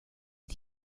did